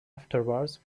afterwards